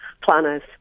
planners